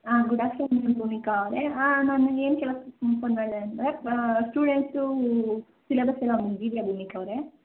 good afternoon Bhumika ಅವರೇ ನಾನು ಏನು ಕೇಳಕ್ಕೆ ಫೋನ್ ಮಾಡಿದೆ ಅಂದರೆ ಸ್ಟೂಡೆಂಟ್ಸ್ದು ಸಿಲೆಬಸ್ ಎಲ್ಲ ಮುಗ್ದಿದ್ಯಾ ಭೂಮಿಕಾ ಅವರೇ